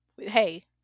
hey